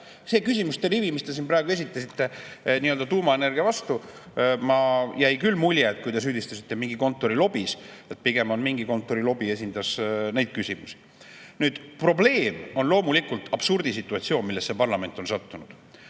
See küsimuste rivi, mis te siin praegu esitasite nii-öelda tuumaenergia vastu – mulle jäi küll mulje, et kui te süüdistasite mingis kontori lobis, pigem mingi kontori lobi esindas neid küsimusi. Nüüd, probleem on loomulikult absurdisituatsioon, millesse parlament on sattunud.